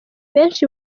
benshi